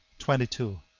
twenty two.